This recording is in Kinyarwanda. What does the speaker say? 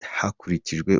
hakurikijwe